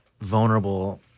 vulnerable